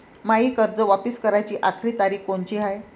मायी कर्ज वापिस कराची आखरी तारीख कोनची हाय?